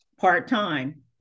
part-time